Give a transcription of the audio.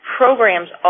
programs